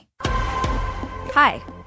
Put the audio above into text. Hi